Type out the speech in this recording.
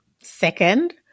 Second